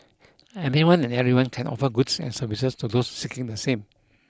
anyone and everyone can offer goods and services to those seeking the same